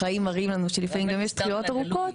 החיים מראים לנו שלפעמים גם יש טעויות ארוכות.